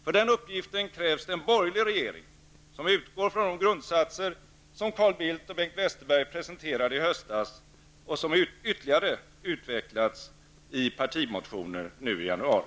För den uppgiften krävs det en borgerlig regering, som utgår från de grundsatser som Carl Bildt och Bengt Westerberg presenterade i höstas och som ytterligare utvecklats i partimotioner nu i januari.